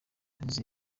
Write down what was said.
asize